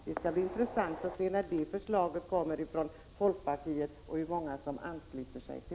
Det skall bli intressant att se hur många som ansluter sig till det förslaget från folkpartiet när det kommer.